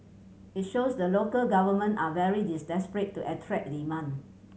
it shows that local government are very desperate to attract demand